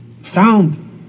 Sound